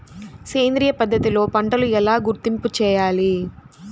సేంద్రియ పద్ధతిలో పంటలు ఎలా గుర్తింపు చేయాలి?